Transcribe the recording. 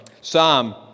Psalm